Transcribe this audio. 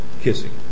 kissing